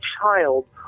child